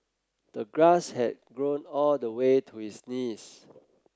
the grass had grown all the way to his knees